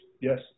Yes